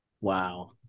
Wow